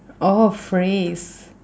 oh phrase